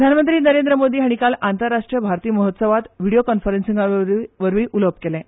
प्रधानमंत्री नरेंद्र मोदी हांणी आयज आंतरराष्ट्रीय भारती महोत्सवांत व्हिडियो कॉन्फरन्सींगे वरवीं उलोवप केलें